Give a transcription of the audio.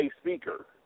speaker